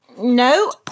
No